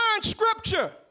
scripture